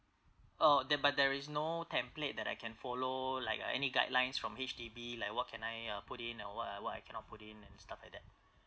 oh there but there is no template that I can follow like a any guidelines from H_D_B like what can I uh put in or what I what I cannot put in and stuff like that